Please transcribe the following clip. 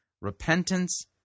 Repentance